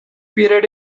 period